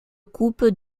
coupe